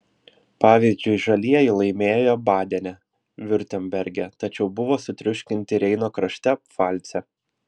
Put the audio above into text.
pavyzdžiui žalieji laimėjo badene viurtemberge tačiau buvo sutriuškinti reino krašte pfalce